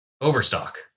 Overstock